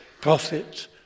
prophet